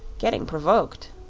getting provoked.